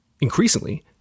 Increasingly